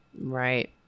Right